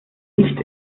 nicht